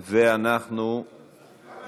ואנחנו,